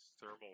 thermal